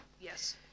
yes